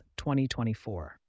2024